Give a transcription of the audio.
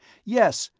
yes,